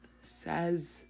Says